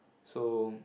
so